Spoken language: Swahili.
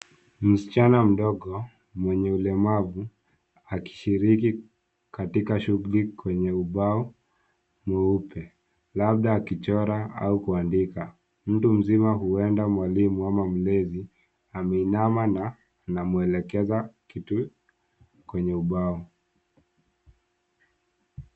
Msichana mdogo mwenye ulemavu akishiriki katika shughuli kwenye ubao mweupe, labda akichora au kuandika. Mtu mzima huenda mwalimu ama mlezi, ameinama na anamwelekeza kitu kwenye ubao.